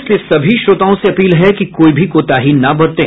इसलिए सभी श्रोताओं से अपील है कि कोई भी कोताही न बरतें